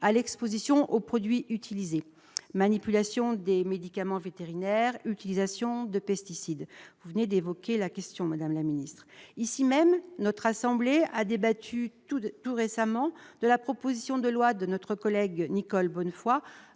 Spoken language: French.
de l'exposition aux produits utilisés : manipulation de médicaments vétérinaires, utilisation de pesticides- vous venez d'évoquer la question, madame la secrétaire d'État. La Haute Assemblée a très récemment débattu de la proposition de loi de notre collègue Nicole Bonnefoy